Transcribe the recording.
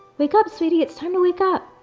wake up, sweetie, it's time to wake up.